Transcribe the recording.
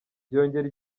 byongera